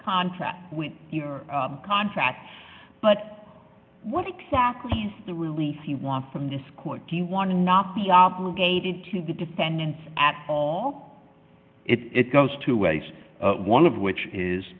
contract with your contract but what exactly is the relief you want from this court do you want to not be obligated to the defendants at all it goes two ways one of which is